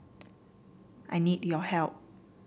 I need your help